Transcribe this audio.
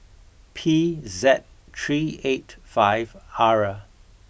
P Z three eight five R